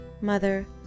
mother